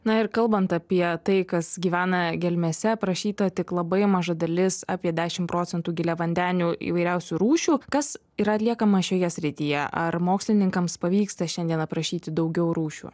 na ir kalbant apie tai kas gyvena gelmėse aprašyta tik labai maža dalis apie dešim procentų giliavandenių įvairiausių rūšių kas yra atliekama šioje srityje ar mokslininkams pavyksta šiandien aprašyti daugiau rūšių